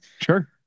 Sure